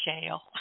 jail